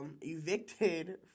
evicted